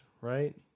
right